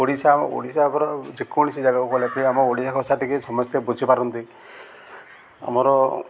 ଓଡ଼ିଶା ଓଡ଼ିଶାର ଯେକୌଣସି ଜାଗାକୁ ଗଲେ ବି ଆମ ଓଡ଼ିଆ ଭାଷା ଟିକେ ସମସ୍ତେ ବୁଝିପାରନ୍ତି ଆମର